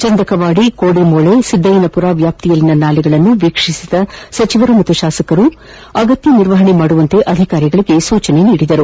ಚಂದಕವಾದಿ ಕೋಡಿಮೋಳೆ ಸಿದ್ದಯ್ಯನಪುರ ವ್ಯಾಪ್ತಿಯಲ್ಲಿನ ನಾಲೆಗಳನ್ನು ವೀಕ್ಷಿಸಿದ ಸಚಿವರು ಶಾಸಕರು ಅಗತ್ಯ ನಿರ್ವಹಣೆ ಮಾಡುವಂತೆ ಅಧಿಕಾರಿಗಳಿಗೆ ಸೂಚನೆ ನೀಡಿದರು